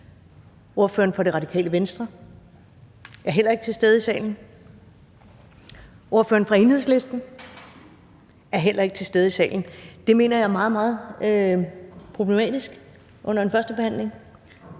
Ordføreren for Radikale Venstre er heller ikke til stede i salen. Ordføreren for Enhedslisten er heller ikke til stede i salen. Det mener jeg er meget, meget problematisk under en førstebehandling.